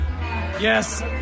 yes